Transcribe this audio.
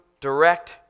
direct